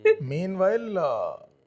Meanwhile